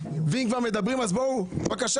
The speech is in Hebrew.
ואם כבר מדברים אז בבקשה,